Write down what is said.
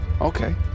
Okay